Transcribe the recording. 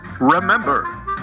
Remember